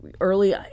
early